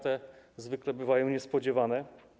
Te zwykle bywają niespodziewane.